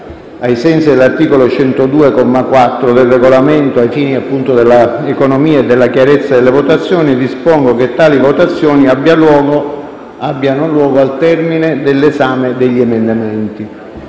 ai sensi dell'articolo 102, comma 4, del Regolamento, ai fini dell'economia e della chiarezza delle votazioni, dispongo che queste abbiano luogo al termine dell'esame degli emendamenti.